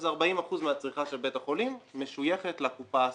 אז 40 אחוזים מהצריכה של בית החולים משויכת לקופה הספציפית.